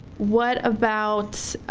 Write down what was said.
what about